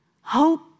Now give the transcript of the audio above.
hope